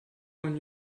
und